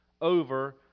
over